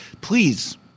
Please